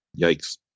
Yikes